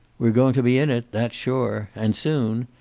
we're going to be in it, that's sure. and soon.